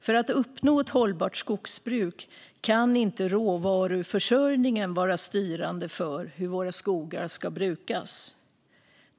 För att uppnå ett hållbart skogsbruk kan inte råvaruförsörjningen vara styrande för hur våra skogar ska brukas.